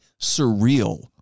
surreal